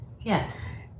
Yes